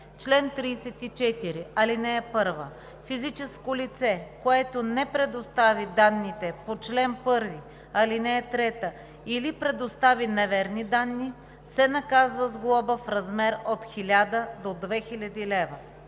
„Чл. 34. (1) Физическо лице, което не предостави данните по чл. 1, ал. 3 или предостави неверни данни, се наказва с глоба в размер от 1000 до 2000 лв.